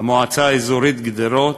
המועצה האזורית גדרות,